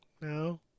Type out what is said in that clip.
no